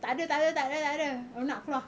takde takde takde takde orang nak keluar